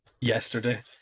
Yesterday